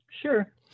Sure